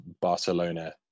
Barcelona